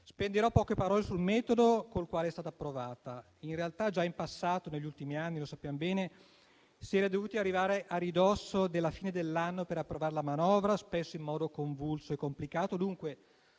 Spenderò poche parole sul metodo col quale è stata approvata. In realtà, già in passato, negli ultimi anni - lo sappiamo bene - si era dovuti arrivare a ridosso della fine dell'anno per approvare la manovra, spesso in modo convulso e complicato. Dunque,